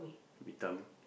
we thumb